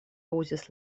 uzis